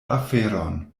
aferon